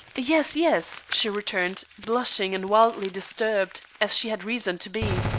yes, yes, she returned, blushing and wildly disturbed, as she had reason to be.